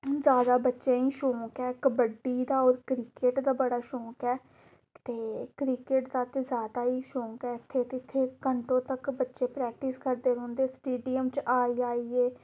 जादा बच्चें गी शौंक ऐ कबड्डी दा होर क्रिकेट दा बड़ा शौंक ऐ ते क्रिकेट दा ते जादा ई शौक ऐ इत्थें इत्थै घंटो तक बच्चे प्रैक्टिस करदे रौंह्दे स्टेडियम च आई आइयै